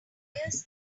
requires